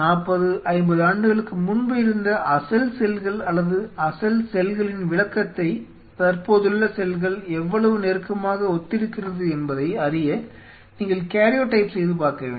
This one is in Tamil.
40 50 ஆண்டுகளுக்கு முன்பு இருந்த அசல் செல்கள் அல்லது அசல் செல்களின் விளக்கத்தை தற்போதுள்ள செல்கள் எவ்வளவு நெருக்கமாக ஒத்திருக்கிறது என்பதை அறிய நீங்கள் காரியோடைப் செய்து பார்க்க வேண்டும்